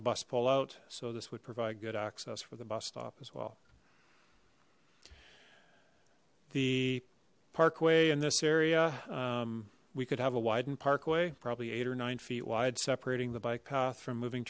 a bus pull out so this would provide good access for the bus stop as well the parkway in this area we could have a widened parkway probably eight or nine feet wide separating the bike path from moving